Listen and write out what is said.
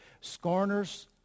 Scorners